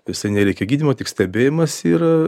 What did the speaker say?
visai nereikia gydymo tik stebėjimas yra